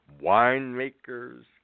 winemakers